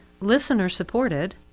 listener-supported